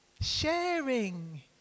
sharing